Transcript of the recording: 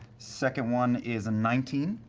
second one is nineteen.